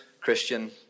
Christian